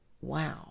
wow